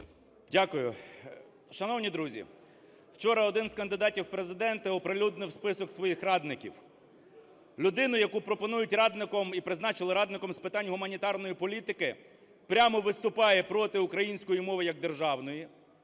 Дякую. Шановні друзі, вчора один з кандидатів в Президенти оприлюднив список своїх радників. Людину, яку пропонують радником, і призначили радником з питань гуманітарної політики, прямо виступає проти української мови як державної,